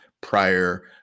prior